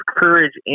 courage